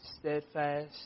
Steadfast